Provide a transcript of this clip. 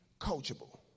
coachable